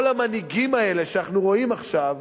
כל המנהיגים האלה שאנחנו רואים עכשיו,